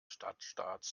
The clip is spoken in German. stadtstaats